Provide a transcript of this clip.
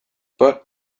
but